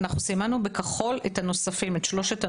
אנחנו סימנו בכחול את שלושת הנוספים.